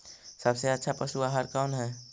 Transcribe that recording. सबसे अच्छा पशु आहार कौन है?